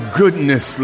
goodness